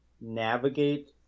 navigate